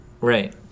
Right